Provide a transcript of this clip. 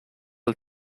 are